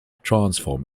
transform